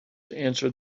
answered